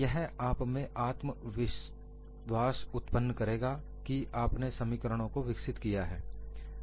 यह आप में आत्मविश्वास उत्पन्न करेगा कि आपने समीकरणों को विकसित किया है